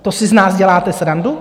To si z nás děláte srandu?